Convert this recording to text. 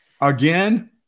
Again